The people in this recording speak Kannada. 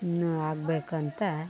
ಇನ್ನು ಆಗ್ಬೇಕು ಅಂತ